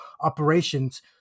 operations